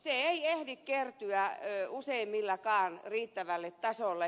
se ei ehdi kertyä useimmillakaan riittävälle tasolle